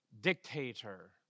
dictator